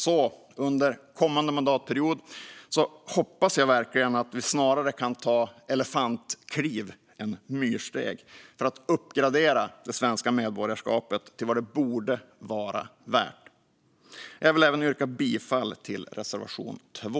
Så under kommande mandatperiod hoppas jag verkligen att vi snarare kan ta elefantkliv än myrsteg för att uppgradera det svenska medborgarskapet till vad det borde vara värt. Jag vill även yrka bifall till reservation 2.